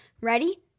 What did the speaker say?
Ready